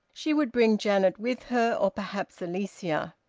she would bring janet with her, or perhaps alicia.